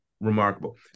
remarkable